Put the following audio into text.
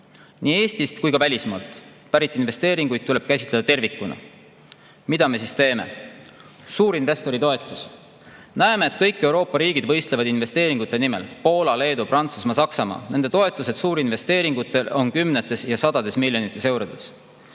Nii Eestist kui ka välismaalt pärit investeeringuid tuleb käsitleda tervikuna. Mida me siis teeme? Suurinvestori toetus. Näeme, et kõik Euroopa riigid võistlevad investeeringute nimel: Poola, Leedu, Prantsusmaa, Saksamaa. Nende toetused suurinvesteeringutele on kümnetes ja sadades miljonites eurodes.